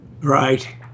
Right